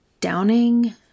Downing